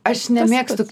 aš nemėgstu